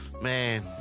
Man